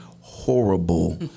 horrible